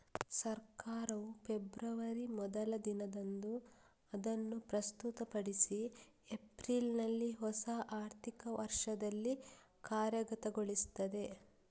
ಸರ್ಕಾರವು ಫೆಬ್ರವರಿ ಮೊದಲ ದಿನದಂದು ಅದನ್ನು ಪ್ರಸ್ತುತಪಡಿಸಿ ಏಪ್ರಿಲಿನಲ್ಲಿ ಹೊಸ ಆರ್ಥಿಕ ವರ್ಷದಲ್ಲಿ ಕಾರ್ಯಗತಗೊಳಿಸ್ತದೆ